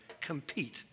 compete